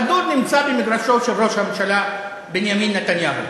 הכדור נמצא במגרשו של ראש הממשלה בנימין נתניהו.